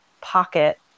pocket